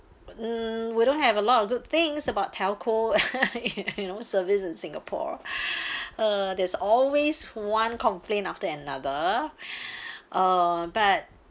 um we don't have a lot of good things about telco you know service in singapore uh there's always one complaint after another uh but